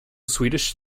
swedish